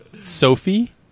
Sophie